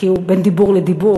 כי הוא בין דיבור לדיבור.